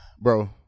Bro